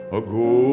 ago